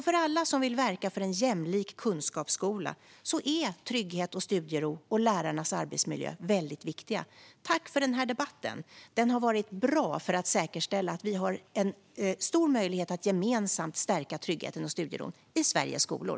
För alla som vill verka för en jämlik kunskapsskola är trygghet, studiero och lärarnas arbetsmiljö väldigt viktiga. Tack för denna debatt! Den har varit bra för att säkerställa att vi har en stor möjlighet att gemensamt stärka tryggheten och studieron i Sveriges skolor.